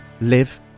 live